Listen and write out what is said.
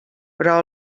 però